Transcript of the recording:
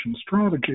strategy